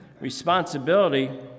Responsibility